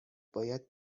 باید